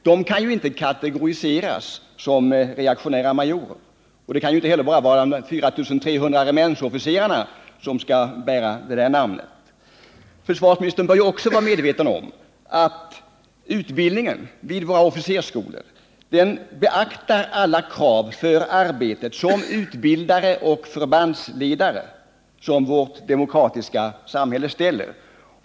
De kan inte kategoriseras som reaktionära majorer. Det kan inte heller bara vara de 4 300 regementsofficerarna som skall bära det namnet. Försvarsministern bör också vara medveten om att utbildningen vid våra officersskolor beaktar alla krav för arbetet som utbildare och förbandsledare som vårt demokratiska samhälle ställer.